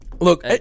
Look